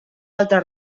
altre